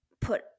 put